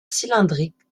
cylindrique